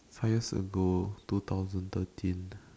five years ago two thousand thirteen